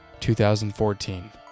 2014